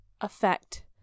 affect